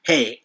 Hey